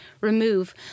remove